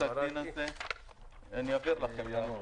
ינואר